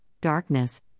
darkness